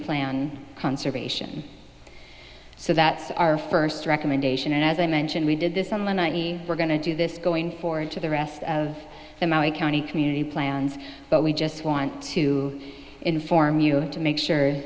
plan conservation so that's our first recommendation as i mentioned we did this on the night we were going to do this going forward to the rest of the maui county community plans but we just want to inform you to make sure